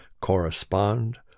correspond